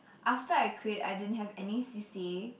after I quit I didn't have any c_c_a